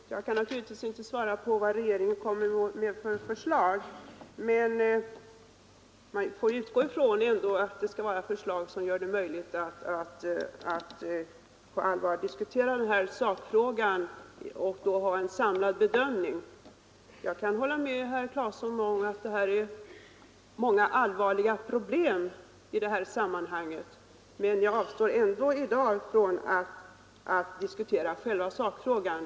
Herr talman! Jag kan naturligtvis inte svara på vilka förslag regeringen kommer att framlägga, men man får väl utgå ifrån att det blir förslag som gör det möjligt att på allvar diskutera sakfrågan och då åstadkomma en samlad bedömning. Jag kan hålla med herr Claeson om att det finns många allvarliga problem i sammanhanget, men jag avstår ändå från att diskutera dessa i dag.